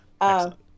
Excellent